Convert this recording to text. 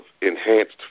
enhanced